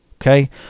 okay